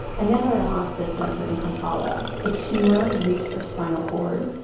i met her at a hospice center in kampala. a tumor had reached her spinal cord.